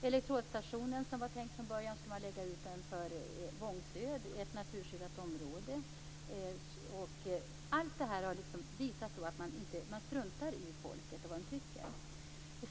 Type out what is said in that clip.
Elektrodstationen var från början tänkt att placeras i Vångsjö som är ett naturskyddat område. Allt detta visar att man struntar i människorna och vad de tycker.